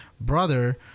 brother